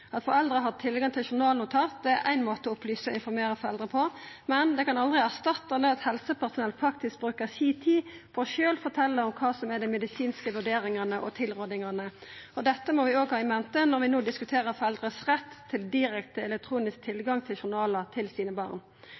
At foreldre har tilgang til journalnotat, er éin måte å opplysa og informera foreldre på, men det kan aldri erstatta det at helsepersonell faktisk bruker si tid på sjølv å fortelja om kva som er dei medisinske vurderingane og tilrådingane. Dette må vi òg ha i mente når vi no diskuterer foreldre sin rett til direkte elektronisk tilgang til journalane til barna sine.